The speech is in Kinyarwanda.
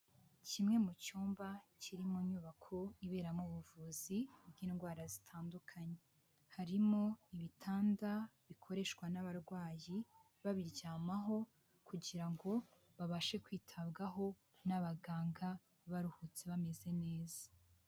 Kimwe mu cyumba kiri mu nyubako ibera mu buvuzi bw'indwara zitandukanye, harimo ibitanda bikoreshwa n'abarwayi babiryamaho kugira ngo babashe kwitabwaho n'abaganga, baruhutse bameze neza.